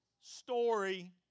story